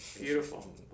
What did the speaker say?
Beautiful